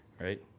right